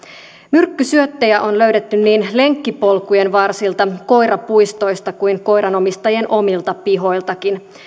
myrkkysyöttejä on löydetty niin lenkkipolkujen varsilta koirapuistoista kuin koiranomistajien omilta pihoiltakin